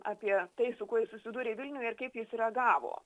apie tai su kuo jis susidūrė vilniuje ir kaip jis reagavo